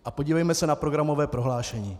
A podívejme se na programové prohlášení.